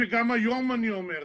וגם היום אני אומר,